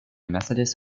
methodist